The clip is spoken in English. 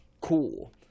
cool